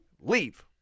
leave